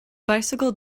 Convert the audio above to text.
bicycle